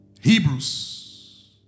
Hebrews